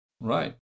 Right